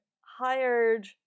hired